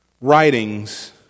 writings